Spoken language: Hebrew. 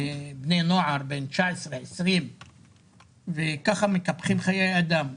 לבני נוער בני 19, 20 וככה מקפחים חיי אדם.